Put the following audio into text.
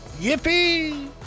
Yippee